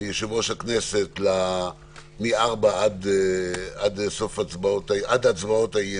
מיושב-ראש הכנסת להתכנס שוב מארבע עד סוף הצבעות האי-אמון,